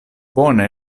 bone